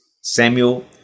Samuel